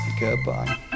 Goodbye